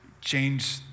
Change